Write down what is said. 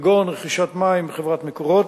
כגון רכישת מים מחברת "מקורות",